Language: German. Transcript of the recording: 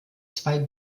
zwei